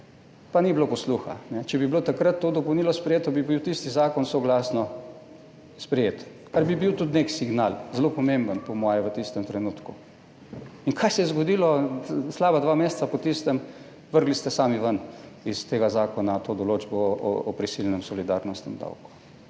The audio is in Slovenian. pa ni bilo posluha. Če bi bilo takrat to dopolnilo sprejeto, bi bil tisti zakon soglasno sprejet, kar bi bil tudi nek signal, zelo pomemben, po moje, v tistem trenutku. In kaj se je zgodilo slaba dva meseca po tistem? Vrgli ste sami ven iz tega zakona to določbo o prisilnem solidarnostnem davku.